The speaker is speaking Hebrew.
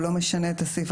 הוא לא משנה את הסעיף,